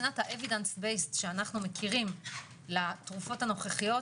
מבחינת ה- evidence based שאנחנו מכירים לתרופות הנוכחיות,